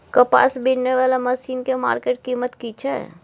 कपास बीनने वाला मसीन के मार्केट कीमत की छै?